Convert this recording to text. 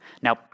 Now